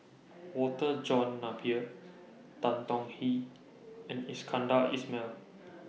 Walter John Napier Tan Tong Hye and Iskandar Ismail